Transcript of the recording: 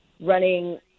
running